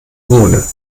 ohne